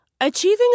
achieving